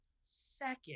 second